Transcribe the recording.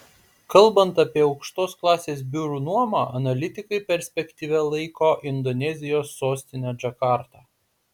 kalbant apie aukštos klasės biurų nuomą analitikai perspektyvia laiko indonezijos sostinę džakartą